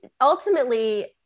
ultimately